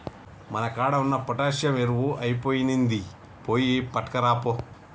మన కాడ ఉన్న పొటాషియం ఎరువు ఐపొయినింది, పోయి పట్కరాపో